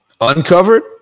Uncovered